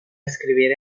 escribir